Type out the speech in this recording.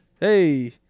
hey